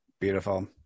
Beautiful